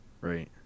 Right